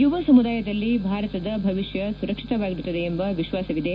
ಯುವ ಸಮುದಾಯದಲ್ಲಿ ಭಾರತದ ಭವಿಷ್ಯ ಸುರಕ್ಷಿತವಾಗಿರುತ್ತದೆ ಎಂಬ ವಿಶ್ವಾಸವಿದೆ